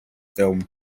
film